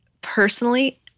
personally